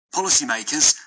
Policymakers